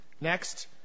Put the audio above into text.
Next